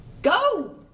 Go